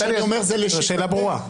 טלי, השאלה ברורה.